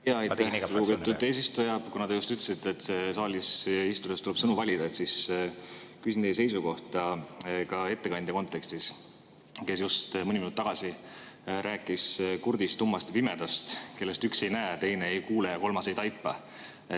Aitäh, lugupeetud eesistuja! Kuna te just ütlesite, et saalis istudes tuleb sõnu valida, siis küsin teie seisukohta ka ettekandja puhul, kes just mõni minut tagasi rääkis kurdist, tummast ja pimedast – kellest üks ei näe, teine ei kuule ja kolmas ei taipa.